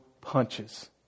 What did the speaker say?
punches